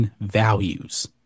values